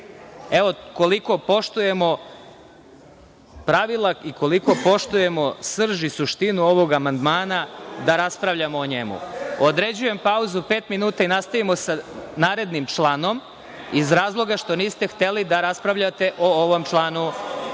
koliko poštujemo pravila i koliko poštujemo srž i suštinu ovoga amandmana da raspravljamo o njemu. Određujem pauzu od pet minuta i nastavljamo sa narednim članom iz razloga što niste hteli da raspravljate o ovom članu.